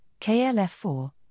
KLF4